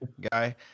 guy